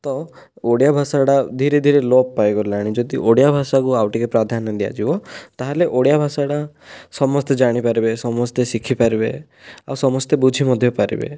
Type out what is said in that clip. ତ ଓଡ଼ିଆ ଭାଷା ଟା ଧୀରେ ଧୀରେ ଲୋପ ପାଇଗଲାଣି ଯଦି ଓଡ଼ିଆ ଭାଷାକୁ ଆଉ ଟିକିଏ ପ୍ରାଧାନ୍ୟ ଦିଆଯିବ ତା'ହେଲେ ଓଡ଼ିଆ ଭାଷାଟା ସମସ୍ତେ ଜାଣିପାରିବେ ସମସ୍ତେ ଶିଖିପାରିବେ ଆଉ ସମସ୍ତେ ବୁଝି ମଧ୍ୟ ପାରିବେ